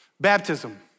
Baptism